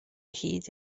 hyd